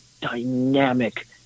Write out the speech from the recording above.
dynamic